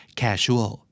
casual